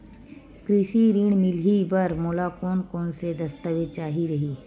कृषि ऋण मिलही बर मोला कोन कोन स दस्तावेज चाही रही?